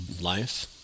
life